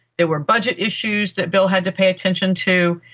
there were budget issues that bill had to pay attention to.